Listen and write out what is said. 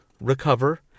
recover